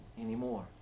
anymore